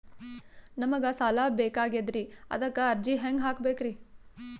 ನಮಗ ಸಾಲ ಬೇಕಾಗ್ಯದ್ರಿ ಅದಕ್ಕ ಅರ್ಜಿ ಹೆಂಗ ಹಾಕಬೇಕ್ರಿ?